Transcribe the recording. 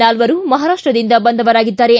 ನಾಲ್ವರು ಮಹಾರಾಷ್ಷದಿಂದ ಬಂದವರಾಗಿದ್ದಾರೆ